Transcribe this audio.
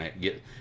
get